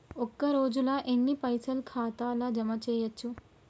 ఒక రోజుల ఎన్ని పైసల్ ఖాతా ల జమ చేయచ్చు?